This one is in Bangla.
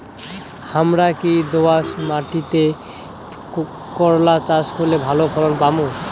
হামরা কি দোয়াস মাতিট করলা চাষ করি ভালো ফলন পামু?